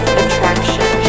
attraction